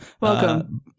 Welcome